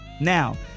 Now